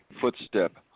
footstep